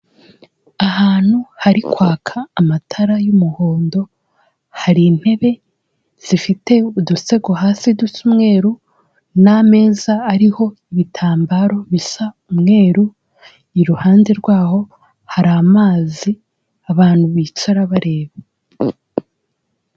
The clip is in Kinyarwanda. Ahantu hari kwaka amatara y'umuhondo hari intebe zifite udusego hasi dusa umweru n'ameza ariho ibitambaro bisa umweru, iruhande rwaho hari amazi abantu bicara bareba.